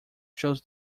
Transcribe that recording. shows